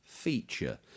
feature